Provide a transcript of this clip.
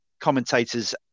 commentators